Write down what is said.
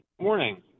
Morning